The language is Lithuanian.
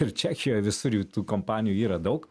ir čekijoj visur jų tų kompanijų yra daug